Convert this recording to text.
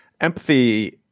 empathy